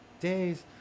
Days